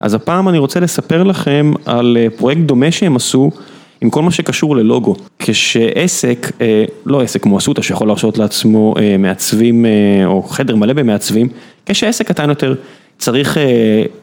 אז הפעם אני רוצה לספר לכם על פרוייקט דומה שהם עשו, עם כל מה שקשור ללוגו, כשעסק, לא עסק כמו אסותא שיכול להרשות לעצמו מעצבים, או חדר מלא במעצבים, כשעסק קטן יותר, צריך...